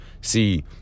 See